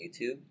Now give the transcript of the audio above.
YouTube